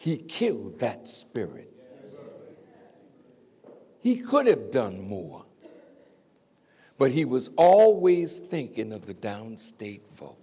he killed that spirit he could have done more but he was always thinking of the down state